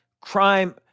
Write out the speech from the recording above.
crime